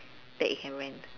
that you can rent